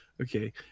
Okay